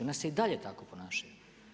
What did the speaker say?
One se i dalje tako ponašaju.